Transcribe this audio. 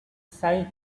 size